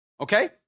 Okay